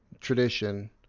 tradition